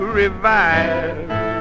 revive